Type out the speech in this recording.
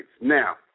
Now